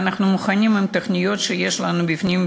ואנחנו מוכנים עם תוכניות שיש לנו בפנים,